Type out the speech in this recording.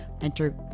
enter